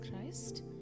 Christ